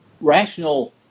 rational